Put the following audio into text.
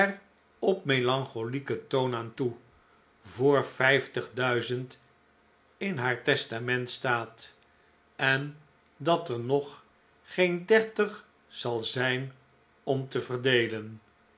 op melancholieken toon aan toe voor vijftig duizend in haar testament staat en dat er nog geen dertig zal zijn om te verdeelen